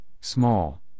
small